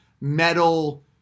metal